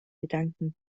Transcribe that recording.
bedanken